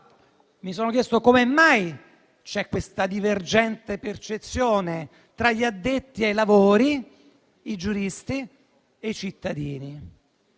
mi sono chiesto è come mai c'è questa divergente percezione tra gli addetti ai lavori, i giuristi e i cittadini.